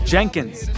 Jenkins